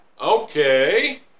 Okay